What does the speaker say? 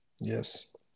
Yes